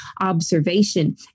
observation